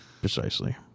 precisely